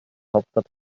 hauptstadt